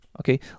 okay